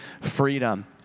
freedom